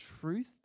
truth